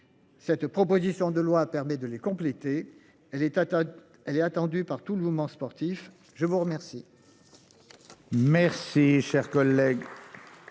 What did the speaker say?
Cette proposition de loi permet de les compléter. Elle est à, elle est attendue par tout le mouvement sportif. Je vous remercie.